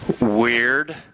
weird